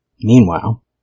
Meanwhile